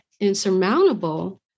insurmountable